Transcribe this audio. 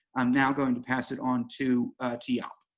i'm now going to pass it on to to jaap.